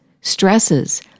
stresses